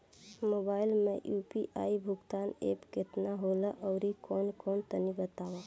Mobile म UPI भुगतान app केतना होला आउरकौन कौन तनि बतावा?